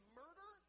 murder